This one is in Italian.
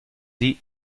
the